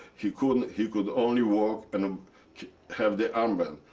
he could he could only walk and um have the armband.